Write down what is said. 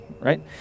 right